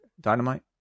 Dynamite